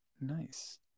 Nice